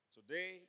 Today